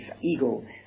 ego